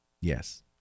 yes